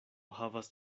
havas